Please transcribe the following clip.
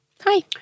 Hi